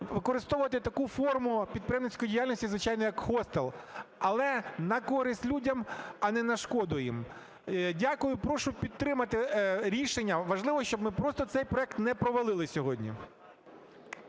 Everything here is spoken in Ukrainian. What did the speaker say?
використовувати таку форму підприємницької діяльності, звичайно, як хостел, але на користь людям, а не на шкоду їм. Дякую. Прошу підтримати рішення. Важливо, щоб ми просто цей проект не провалили сьогодні.